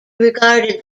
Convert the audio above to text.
regarded